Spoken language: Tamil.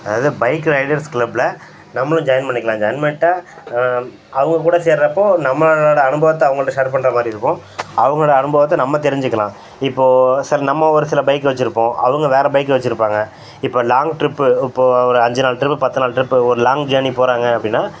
அது தான் பைக்கு ரைடர்ஸ் க்ளப்பில நம்மளும் ஜாயின் பண்ணிக்கலாம் ஜாயின் பண்ணிட்டா அவங்கக்கூட சேர்றப்போ நம்மளோட அனுபவத்தை அவங்கள்ட்ட ஷேர் பண்ணுற மாதிரி இருக்கும் அவங்களோட அனுபவத்தை நம்ம தெரிஞ்சுக்கலாம் இப்போ சில நம்ம ஒரு சில பைக் வச்சுருப்போம் அவங்க வேறு பைக் வச்சுருப்பாங்க இப்போ லாங் ட்ரிப்பு இப்போ ஒரு அஞ்சு நாள் ட்ரிப்பு பத்து நாள் ட்ரிப்பு ஒரு லாங் ஜேர்னி போகறாங்க அப்படின்னா